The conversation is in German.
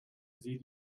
sie